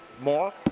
More